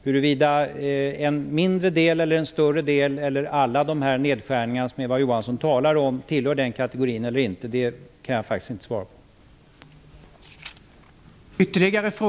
Huruvida alla nedskärningar som Eva Johansson talade om -- eller en mindre eller större del av dem -- tillhör den kategorin kan jag faktiskt inte svara på.